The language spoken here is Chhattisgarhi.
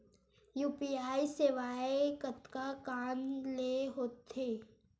यू.पी.आई सेवाएं कतका कान ले हो थे?